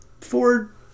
Ford